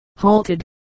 halted